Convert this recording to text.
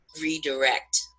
redirect